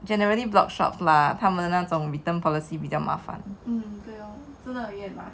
generally blogshops lah 他们那种 return policy 比较麻烦